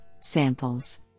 samples